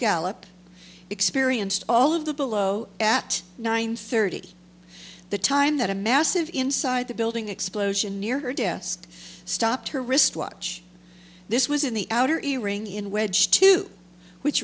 gallop experienced all of the below at nine thirty the time that a massive inside the building explosion near her desk stopped her wristwatch this was in the outer earring in wedge two which